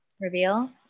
reveal